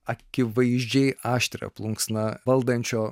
akivaizdžiai aštrią plunksną valdančio